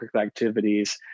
activities